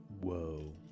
Whoa